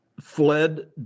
fled